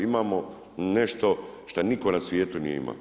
Imamo nešto šta niko na svijetu nije imao.